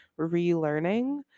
relearning